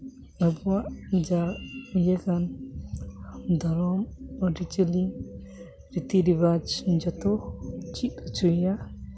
ᱱᱚᱠᱩᱣᱟᱜ ᱡᱟ ᱤᱭᱟᱹᱠᱟᱱ ᱫᱷᱚᱨᱚᱢ ᱟᱹᱨᱤᱼᱪᱟᱹᱞᱤ ᱨᱤᱛᱤ ᱨᱮᱣᱟᱡᱽ ᱡᱚᱛᱚ ᱪᱮᱫ ᱦᱚᱪᱚᱭᱭᱟ